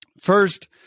First